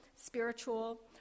spiritual